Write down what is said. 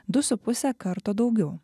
du su puse karto daugiau